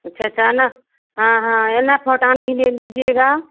अच्छा चाना हाँ हाँ एनाफोर्टान बी ले लीजिएगा